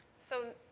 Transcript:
so,